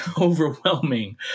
overwhelming